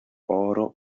oro